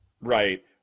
Right